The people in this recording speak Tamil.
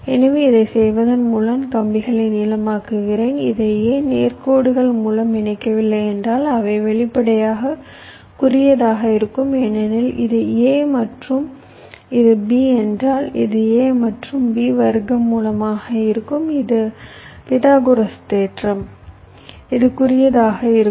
எனவே இதைச் செய்வதன் மூலம் கம்பிகளை நீளமாக்குகிறேன் இதை ஏன் நேர் கோடுகள் மூலம் இணைக்கவில்லை என்றால் அவை வெளிப்படையாக குறுகியதாக இருக்கும் ஏனெனில் இது a மற்றும் இது b என்றால் இது a மற்றும் b வர்க்க மூலமாக இருக்கும் இது பித்தகோரஸ் தேற்றம் இது குறுகியதாக இருக்கும்